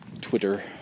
Twitter